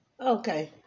Okay